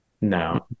no